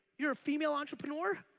you're a female entrepreneur?